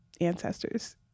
ancestors